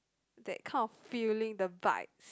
that kind of feeling the vibes